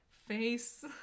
face